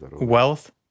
wealth